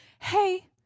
Hey